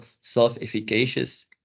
self-efficacious